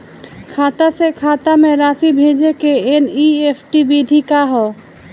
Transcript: खाता से खाता में राशि भेजे के एन.ई.एफ.टी विधि का ह?